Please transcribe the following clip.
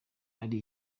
ari